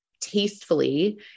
tastefully